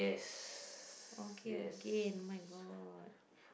okay again [oh]-my-god